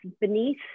beneath